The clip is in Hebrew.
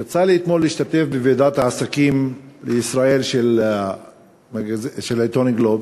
יצא לי אתמול להשתתף בוועידת העסקים לישראל של העיתון "גלובס",